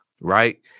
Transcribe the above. right